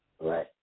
Right